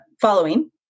following